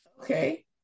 okay